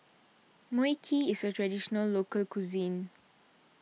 Mui Kee is a Traditional Local Cuisine